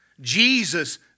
Jesus